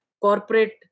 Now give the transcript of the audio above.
corporate